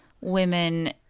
women